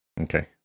Okay